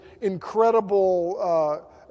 incredible